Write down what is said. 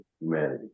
humanity